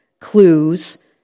clues